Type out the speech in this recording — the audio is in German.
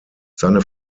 seine